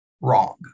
wrong